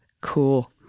Cool